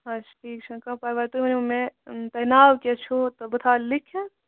اچھ ٹھیٖک چھُ کانٛہہ پَرواے تُہُۍ وٕنِو مےٚ تۄہہِ ناو کیاہ حظ چھُ بہٕ تھاو لیٖکھتھ